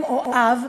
אם או אב,